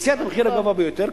הציע את המחיר הגבוה ביותר,